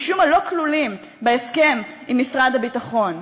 משום מה לא כלולים בהסכם עם משרד הביטחון,